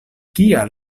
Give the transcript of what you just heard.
kial